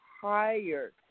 higher